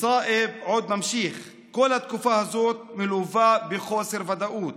סאיב עוד ממשיך: כל התקופה הזאת מלווה בחוסר ודאות.